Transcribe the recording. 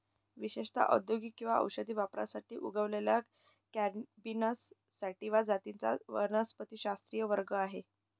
विशेषत औद्योगिक किंवा औषधी वापरासाठी उगवलेल्या कॅनॅबिस सॅटिवा जातींचा वनस्पतिशास्त्रीय वर्ग आहे